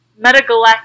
Metagalactic